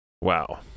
Wow